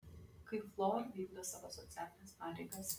kaip fluor vykdo savo socialines pareigas